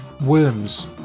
worms